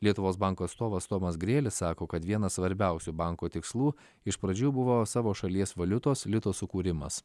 lietuvos banko atstovas tomas grėlis sako kad vienas svarbiausių banko tikslų iš pradžių buvo savo šalies valiutos lito sukūrimas